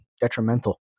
detrimental